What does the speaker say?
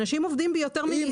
אנשים עובדים ביותר מעיסוק אחד.